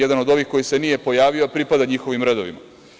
Jedan od ovih koji se nije pojavio pripada njihovim redovima.